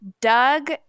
Doug